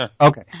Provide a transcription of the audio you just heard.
okay